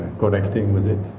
connecting with it.